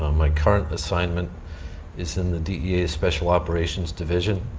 my current assignment is in the dea special operations division.